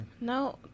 No